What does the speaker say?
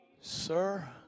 sir